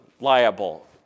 liable